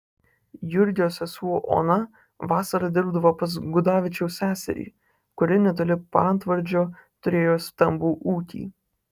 jurgio sesuo ona vasarą dirbdavo pas gudavičiaus seserį kuri netoli paantvardžio turėjo stambų ūkį